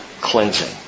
cleansing